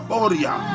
Boria